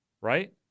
right